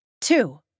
Two